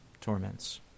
torments